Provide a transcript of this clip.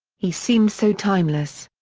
he seemed so timeless.